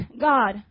God